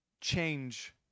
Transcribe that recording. change